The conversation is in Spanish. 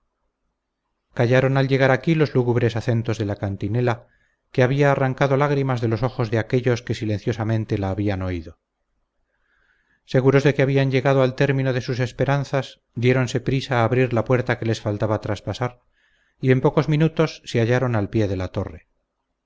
callaron al llegar aquí los lúgubres acentos de la cantinela que había arrancado lágrimas de los ojos de aquellos que silenciosamente la habían oído seguros de que habían llegado al término de sus esperanzas diéronse prisa a abrir la puerta que les faltaba traspasar y en pocos minutos se hallaron al